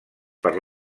per